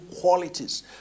qualities